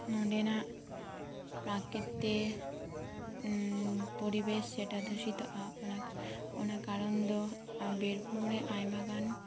ᱱᱚᱸᱰᱮᱱᱟᱜ ᱯᱨᱟᱠᱤᱛᱤᱠ ᱯᱚᱨᱤᱵᱮᱥ ᱡᱮᱴᱟ ᱫᱩᱥᱤᱛᱚᱜᱼᱟ ᱚᱱᱟ ᱠᱟᱨᱚᱱ ᱫᱚ ᱵᱤᱨᱵᱷᱩᱢ ᱨᱮ ᱟᱭᱢᱟ ᱜᱟᱱ